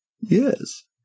yes